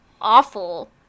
awful